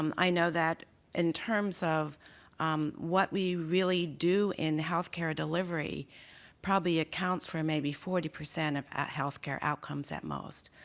um i know that in terms of um what we really do in healthcare delivery probably accounts for maybe forty percent of healthcare outcomes at most.